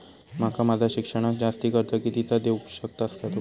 माका माझा शिक्षणाक जास्ती कर्ज कितीचा देऊ शकतास तुम्ही?